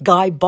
Guy